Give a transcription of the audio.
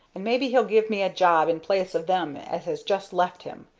and maybe he'll give me a job in place of them as has just left him.